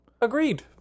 Agreed